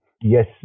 yes